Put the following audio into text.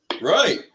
right